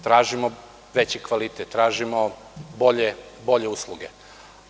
Tražimo veći kvalitet, tražimo bolje uslove.